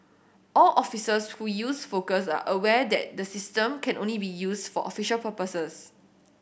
all officers who use Focus are aware that the system can only be used for official purposes